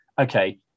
okay